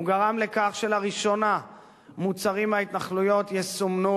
הוא גרם לכך שלראשונה מוצרים מההתנחלויות יסומנו